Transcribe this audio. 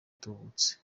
atubutse